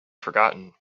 forgotten